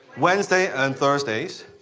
wednesday and thursdays.